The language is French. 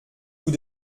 vous